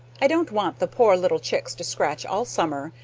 i don't want the poor little chicks to scratch all summer,